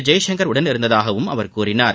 ஜெய்ஷங்கர் உடனிருந்ததாகவும் அவர் கூறினார்